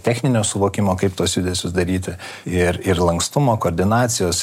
techninio suvokimo kaip tuos judesius daryti ir ir lankstumo koordinacijos